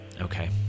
Okay